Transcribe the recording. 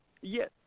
Yes